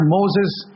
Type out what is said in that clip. Moses